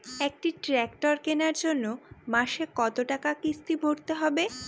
একটি ট্র্যাক্টর কেনার জন্য মাসে কত টাকা কিস্তি ভরতে হবে?